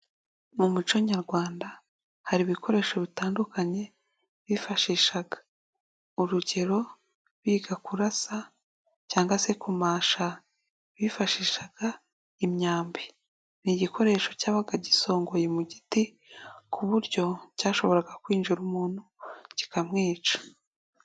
Mu muco nyarwanda hari ibikoresho bitandukanye bifashishaga urugero biga kurasa cyangwa se kumasha bifashishaga imyambi, ni igikoresho cyabaga gisongoye mu giti ku buryo cyashoboraga kwinjira umuntu kikamwica.